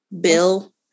Bill